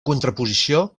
contraposició